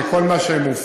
וכל מה שמופקע,